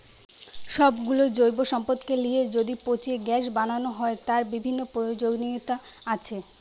সব গুলো জৈব সম্পদকে লিয়ে যদি পচিয়ে গ্যাস বানানো হয়, তার বিভিন্ন প্রয়োজনীয়তা আছে